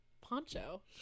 poncho